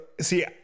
see